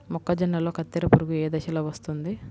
మొక్కజొన్నలో కత్తెర పురుగు ఏ దశలో వస్తుంది?